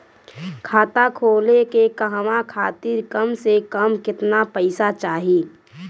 खाता खोले के कहवा खातिर कम से कम केतना पइसा चाहीं?